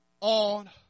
on